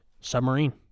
submarine